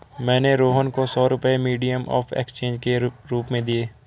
मैंने रोहन को सौ रुपए मीडियम ऑफ़ एक्सचेंज के रूप में दिए